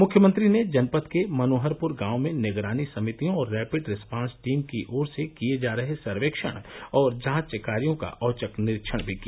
मुख्यमंत्री ने जनपद के मनोहरपुर गांव में निगरानी समितियों और रैपिड रिस्पॉन्स टीम की ओर से किये जा रहे सर्वेक्षण और जांच कार्यों का औचक निरीक्षण भी किया